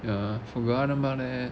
ya forgot about it